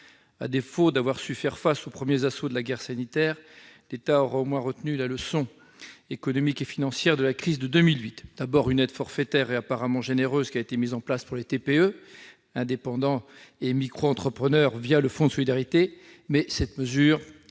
À défaut d'avoir su faire face aux premiers assauts de la guerre sanitaire, l'État aura au moins retenu la leçon économique et financière de la crise de 2008. Une aide forfaitaire et apparemment généreuse a été mise en place pour les TPE, les indépendants et les micro-entrepreneurs, le fonds de solidarité. Cette mesure est